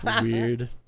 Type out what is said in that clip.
weird